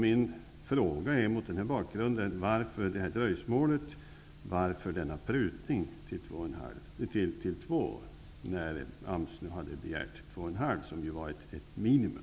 Min fråga är mot denna bakgrund: Varför detta dröjsmål, och varför denna prutning från 2,5 till 2 när nu AMS begärt 2,5 miljarder som ett minimum?